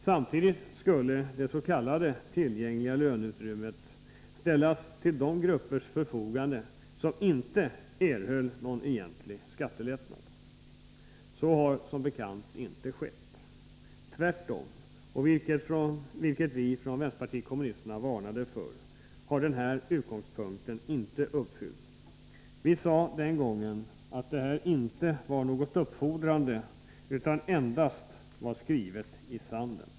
Samtidigt skulle det s.k. tillgängliga löneutrymmet ställas till de gruppers förfogande som inte erhöll någon egentlig skattelättnad. Så har det som bekant inte blivit. Tvärtom — och det var det vi från vpk varnade för — har denna förutsättning inte uppfyllts. Vi sade den gången att detta inte var något uppfordrande utan endast ”var skrivet i sanden”.